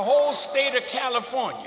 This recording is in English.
whole state of california